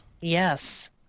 Yes